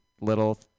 little